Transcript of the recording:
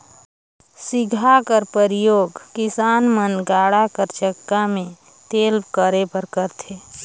सिगहा कर परियोग किसान मन गाड़ा कर चक्का मे तेल करे बर करथे